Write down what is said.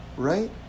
right